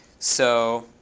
so